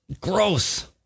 gross